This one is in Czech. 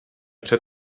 před